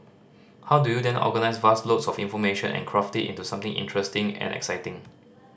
how do you then organise vast loads of information and craft it into something interesting and exciting